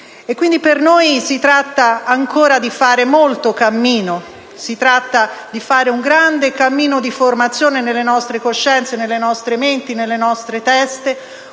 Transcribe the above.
per noi si tratta di fare ancora un lungo cammino, un grande cammino di formazione, nelle nostre coscienze, nelle nostre menti, nelle nostre teste,